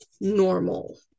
normal